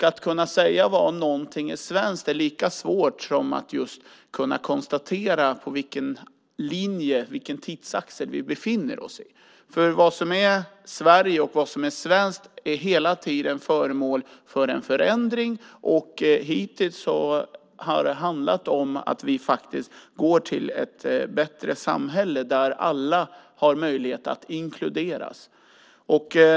Att säga att någonting är svenskt är lika svårt som att konstatera vilken tidsaxel vi befinner oss i, för vad som är Sverige och vad som är svenskt är hela tiden föremål för förändring. Hittills har det handlat om att vi faktiskt går mot ett bättre samhälle där alla har möjlighet att inkluderas.